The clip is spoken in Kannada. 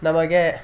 ನಮಗೆ